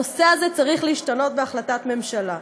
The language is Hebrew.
הנושא הזה צריך להשתנות בהחלטת ממשלה.